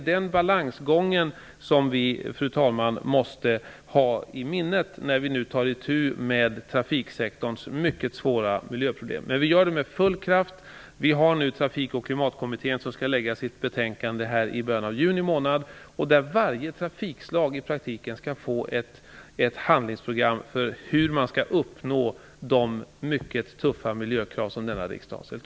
Den balansgången, fru talman, måste vi ha i minnet när vi tar itu med trafiksektorns mycket svåra miljöproblem, vilket vi gör med full kraft. Trafikoch klimatkommittén kommer i början av juni månad att lägga fram sitt betänkande, och varje trafikslag skall i praktiken få ett handlingsprogram om hur man skall uppnå de mycket tuffa miljökrav som denna riksdag ställt.